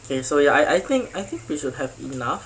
and so ya I I think I think we should have enough